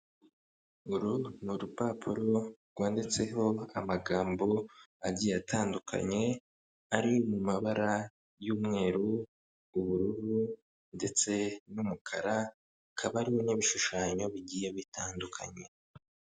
Uru ni urupapuro rwanditseho amagambo agiye atandukanye, ari mu mabara y'umweru, ubururu, ndetse n'umukara, akaba ariho ny'ibishushanyo bigiye bitandukanye.